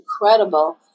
incredible